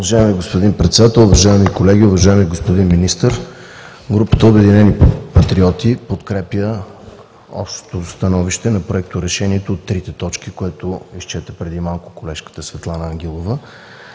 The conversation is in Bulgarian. Уважаема госпожо Председател, уважаеми колеги, уважаеми господин Министър! Групата „Обединени патриоти“ подкрепя общото становище на Проекторешението от трите точки, което изчете преди малко колежката Светлана Ангелова.